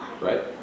right